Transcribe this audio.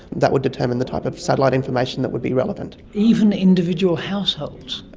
that would determine the type of satellite information that would be relevant. even individual households?